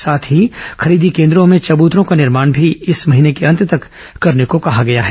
साथ ही खरीदी केन्द्रों में चबूतरों का निर्माण भी इस माह के अंत तक करने कहा गया है